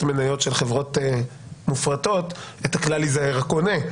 מניות של חברות מופרטות את הכלל ייזהר הקונה,